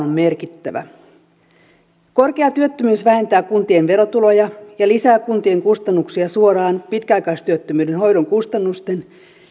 on merkittävä korkea työttömyys vähentää kuntien verotuloja ja lisää kuntien kustannuksia suoraan pitkäaikaistyöttömyyden hoidon kustannusten